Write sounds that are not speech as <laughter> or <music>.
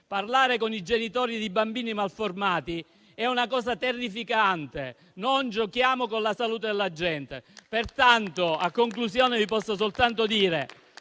Parlare con i genitori di bambini malformati è una cosa terrificante. Non giochiamo con la salute della gente. <applause> In conclusione, vi posso soltanto dire